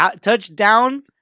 touchdown